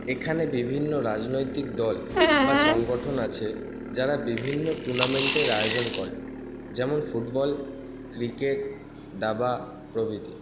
এখানে বিভিন্ন রাজনৈতিক দল বা সংগঠন আছে যারা বিভিন্ন টুর্নামেন্টের আয়োজন করে যেমন ফুটবল ক্রিকেট দাবা প্রভৃতি